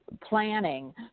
planning